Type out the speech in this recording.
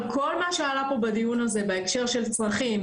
כל מה שעלה פה בדיון הזה בהקשר של צרכים,